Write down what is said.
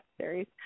series